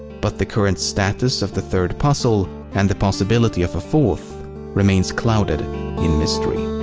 but the current status of the third puzzle and the possibility of a fourth remains clouded in mystery.